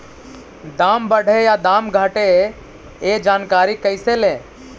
दाम बढ़े या दाम घटे ए जानकारी कैसे ले?